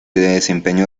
desempeño